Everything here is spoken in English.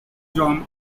john